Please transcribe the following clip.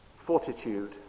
fortitude